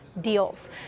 deals